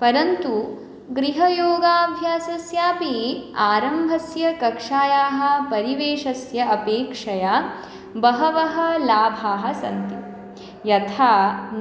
परन्तु गृहयोगाभ्यासस्यापि आरम्भस्य कक्षायाः परिवेशस्य अपेक्षया बहवः लाभाः सन्ति यथा